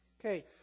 Okay